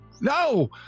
No